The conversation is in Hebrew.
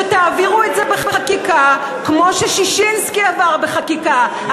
שתעבירו את זה בחקיקה, כמו שששינסקי עבר בחקיקה.